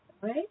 right